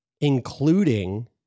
including